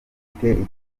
afite